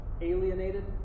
Alienated